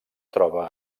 troba